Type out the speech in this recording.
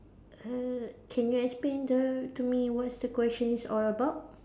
err can you explain the to me what's the question is all about